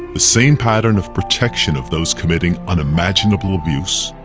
the same pattern of protection of those committing unimaginable abuse,